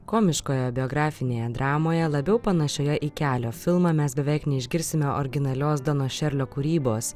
komiškojo biografinėje dramoje labiau panašioje į kelio filmą mes beveik neišgirsime originalios dono šerlio kūrybos